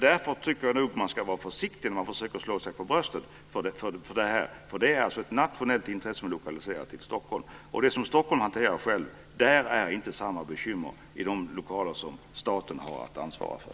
Därför tycker jag nog att man ska vara försiktig när man försöker slå sig för bröstet med detta. Det är nationella intressen som är lokaliserade till Stockholm. Det som Stockholm hanterar själv har inte samma lokalbekymmer som det som staten ansvarar för.